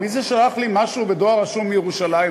מי זה שלח לי משהו בדואר רשום מירושלים?